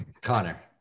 connor